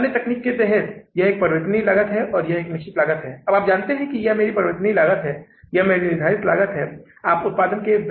हम कुछ राशि के साथ रह जाते हैं और वह राशि कितनी है 470 सही है और हमारे साथ कितनी राशि है यह राशि 470 है इसका भी कहीं उपयोग नहीं किया जाता है